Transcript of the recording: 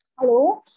Hello